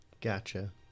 gotcha